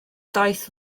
daith